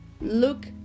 look